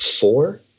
Four